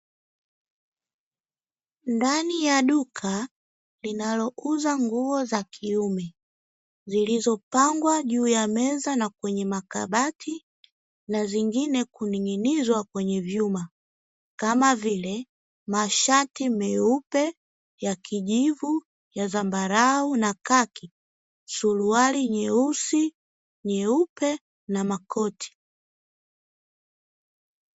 Ndani ya duka linalouza nguo za kiume; zilizopangwa juu ya meza na kwenye makabati na zingine kuning'inizwa kwenye vyuma, kama vile: mashati meupe, ya kijivu, ya zambarau na kaki; suruali nyeusi, nyeupe na makoti.